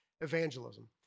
evangelism